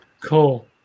Cool